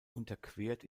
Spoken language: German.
unterquert